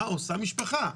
מה עושה משפחה?